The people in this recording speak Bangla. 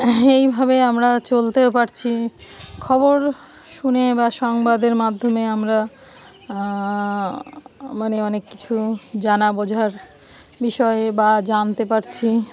এইভাবে আমরা চলতেও পারছি খবর শুনে বা সংবাদের মাধ্যমে আমরা মানে অনেক কিছু জানা বোঝার বিষয়ে বা জানতে পারছি